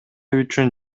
үчүн